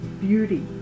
beauty